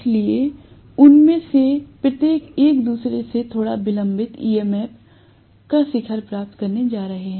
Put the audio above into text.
इसलिए उनमें से प्रत्येक एक दूसरे से थोड़ा विलंबित EMF का शिखर प्राप्त करने जा रहा है